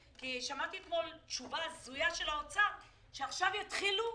שמעתי אתמול תשובה הזויה של האוצר שעכשיו יתחילו הדיונים.